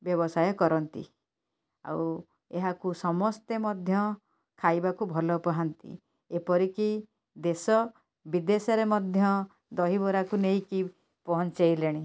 ବ୍ୟବସାୟ କରନ୍ତି ଆଉ ଏହାକୁ ସମସ୍ତେ ମଧ୍ୟ ଖାଇବାକୁ ଭଲ ପାହାନ୍ତି ଏପରିକି ଦେଶ ବିଦେଶରେ ମଧ୍ୟ ଦହିବରାକୁ ନେଇକି ପହଞ୍ଚେଇଲେଣି